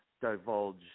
divulge